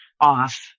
off